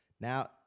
Now